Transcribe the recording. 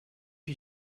you